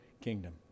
kingdom